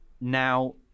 now